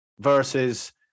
versus